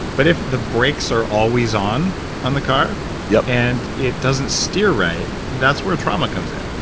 but if the brakes are always on on the car yeah and it doesn't steer right that's where trauma comes in.